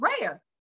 rare